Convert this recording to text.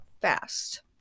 fast